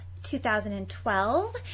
2012